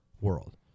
world